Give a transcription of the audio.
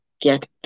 get